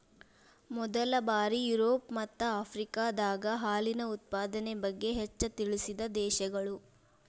ಮೊದಲ ಬಾರಿ ಯುರೋಪ ಮತ್ತ ಆಫ್ರಿಕಾದಾಗ ಹಾಲಿನ ಉತ್ಪಾದನೆ ಬಗ್ಗೆ ಹೆಚ್ಚ ತಿಳಿಸಿದ ದೇಶಗಳು